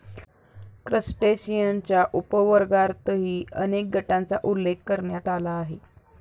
क्रस्टेशियन्सच्या उपवर्गांतर्गतही अनेक गटांचा उल्लेख करण्यात आला आहे